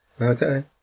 Okay